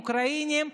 אוקראינים,